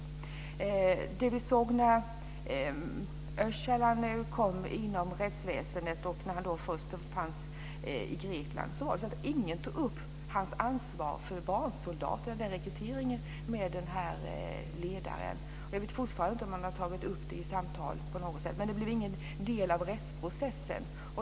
I samband med att Öcalan togs av rättsväsendet, först i Grekland, tog ingen upp hans ansvar för rekryteringen av barnsoldater. Jag vet fortfarande inte om detta har tagits upp i samtal. Det blev ingen del av rättsprocessen.